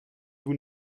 vous